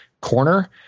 corner